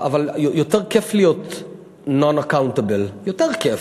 אבל יותר כיף להיות non accountable, זה יותר כיף.